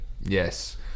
Yes